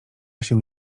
się